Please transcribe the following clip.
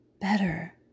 better